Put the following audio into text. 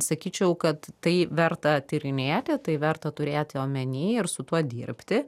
sakyčiau kad tai verta tyrinėti tai verta turėti omeny ir su tuo dirbti